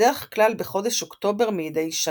בדרך כלל בחודש אוקטובר מדי שנה.